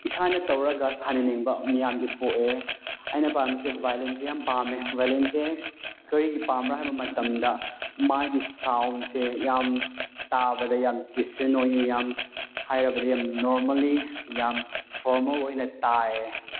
ꯏꯁꯥꯅ ꯇꯧꯔꯒ ꯁꯥꯟꯅꯅꯤꯡꯕ ꯃꯌꯥꯝꯗꯤ ꯄꯣꯛꯑꯦ ꯑꯩꯅ ꯄꯥꯝꯃꯤꯁꯦ ꯚꯥꯌꯣꯂꯤꯟꯁꯦ ꯌꯥꯝ ꯄꯥꯝꯃꯦ ꯚꯥꯌꯣꯂꯤꯟꯁꯦ ꯀꯔꯤꯒꯤ ꯄꯥꯝꯕ꯭ꯔꯥ ꯍꯥꯏꯕ ꯃꯇꯝꯗ ꯃꯥꯒꯤ ꯁꯥꯎꯟꯁꯦ ꯌꯥꯝ ꯇꯥꯕꯗ ꯌꯥꯝ ꯗꯤꯁꯦꯟ ꯑꯣꯏꯌꯦ ꯌꯥꯝ ꯍꯥꯏꯔꯕꯗ ꯌꯥꯝ ꯅꯣꯔꯃꯦꯜꯂꯤ ꯌꯥꯝ ꯐꯣꯔꯃꯦꯜ ꯑꯣꯏꯅ ꯇꯥꯏꯌꯦ